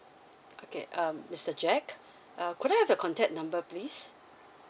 okay um mister jack err could I have your contact number please